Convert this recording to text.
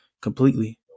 completely